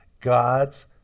God's